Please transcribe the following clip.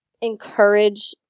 encourage